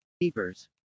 keepers